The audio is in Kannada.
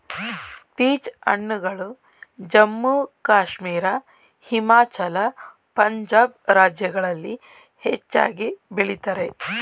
ಪೀಚ್ ಹಣ್ಣುಗಳು ಜಮ್ಮು ಕಾಶ್ಮೀರ, ಹಿಮಾಚಲ, ಪಂಜಾಬ್ ರಾಜ್ಯಗಳಲ್ಲಿ ಹೆಚ್ಚಾಗಿ ಬೆಳಿತರೆ